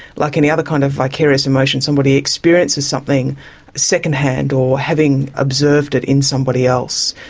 like any other kind of vicarious emotion, somebody experiences something second-hand or having observed it in somebody else.